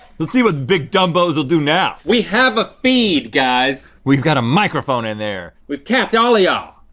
let's see what big dumbos will do now. we have a feed, guys. we've got a microphone in there. we've tapped alla y'all.